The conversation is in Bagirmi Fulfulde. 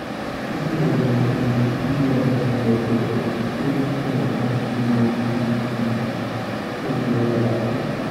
Sofnan limse mai ha nder babal lotugo, sai naftira be sabulu wogga ha kare mai, sai lora laaba.